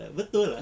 betul